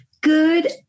Good